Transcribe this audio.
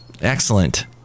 Excellent